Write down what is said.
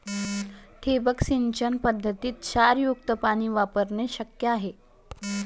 ठिबक सिंचन पद्धतीत क्षारयुक्त पाणी वापरणे शक्य आहे